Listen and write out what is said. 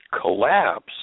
collapse